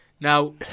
Now